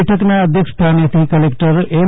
બેઠકના અધ્યક્ષસ્થાનેથી કલેક્ટર એમ